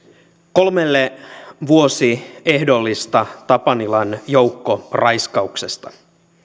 kolmelle vuosi ehdollista tapanilan joukkoraiskauksesta